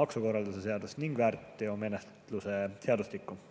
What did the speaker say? maksukorralduse seadust ning väärteomenetluse seadustikku.